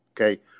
okay